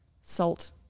SALT